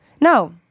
No